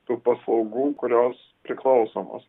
tų paslaugų kurios priklausomos